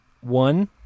One